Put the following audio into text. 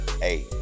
hey